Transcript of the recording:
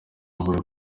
bavuga